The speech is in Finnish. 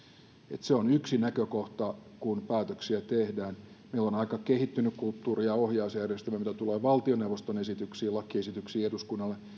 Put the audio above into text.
että se on yksi näkökohta kun päätöksiä tehdään meillä on aika kehittynyt kulttuuri ja ohjausjärjestelmä mitä tulee valtioneuvoston esityksiin lakiesityksiin eduskunnalle